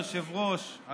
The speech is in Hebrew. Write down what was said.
תודה רבה, אדוני היושב-ראש.